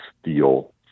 steel